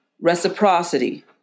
reciprocity